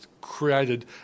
created